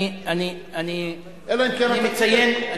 אני מציין,